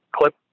clip